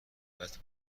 دولت